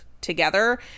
together